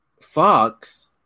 Fox